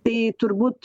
tai turbūt